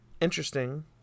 Interesting